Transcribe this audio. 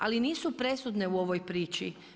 Ali nisu presudne u ovoj priči.